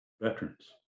veterans